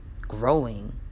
growing